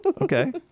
Okay